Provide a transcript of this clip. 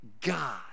god